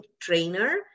trainer